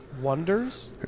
Wonders